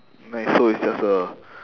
nice so it's just a